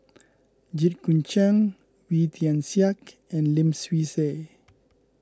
Jit Koon Ch'ng Wee Tian Siak and Lim Swee Say